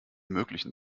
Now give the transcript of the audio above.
möglichen